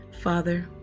Father